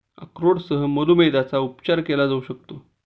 अक्रोडसह मधुमेहाचा उपचार केला जाऊ शकतो